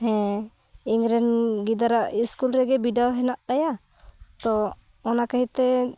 ᱦᱮᱸ ᱤᱧ ᱨᱮᱱ ᱜᱤᱫᱟᱹᱨᱟᱣᱟᱜ ᱤᱥᱠᱩᱞ ᱨᱮᱜᱮ ᱵᱤᱰᱟᱹᱣ ᱦᱮᱱᱟᱜ ᱛᱟᱭᱟ ᱛᱚ ᱚᱱᱟ ᱠᱷᱟᱹᱛᱤᱨ ᱛᱮ